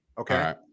Okay